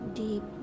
deep